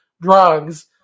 drugs